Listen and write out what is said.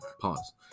pause